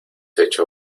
hecho